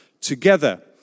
together